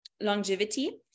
longevity